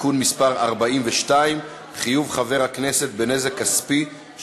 (תיקון מס' 41) עברה בקריאה ראשונה,